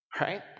Right